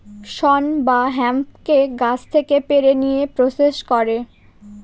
শন বা হেম্পকে গাছ থেকে পেড়ে নিয়ে প্রসেস করে